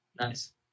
Nice